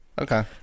Okay